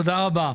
תודה רבה.